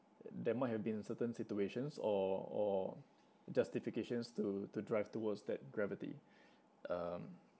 there might have been certain situations or or justifications to to drive towards that gravity um